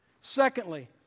Secondly